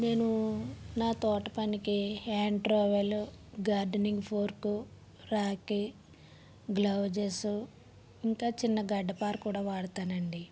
నేను నా తోటపనికి hand trowel gardening fork rake gloves ఇంకా చిన్న గడ్డపార కూడా వాడతాను అండి